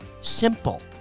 simple